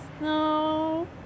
No